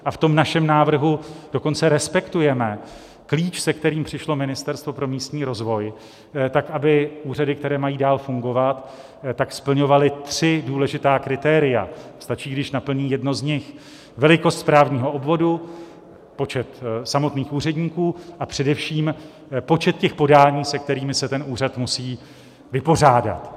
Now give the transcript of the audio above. A v našem návrhu dokonce respektujeme klíč, se kterým přišlo Ministerstvo pro místní rozvoj tak, aby úřady, které mají dál fungovat, splňovaly tři důležitá kritéria stačí, když naplní jedno z nich: velikost správního obvodu, počet samotných úředníků, a především počet podání, se kterými se ten úřad musí vypořádat.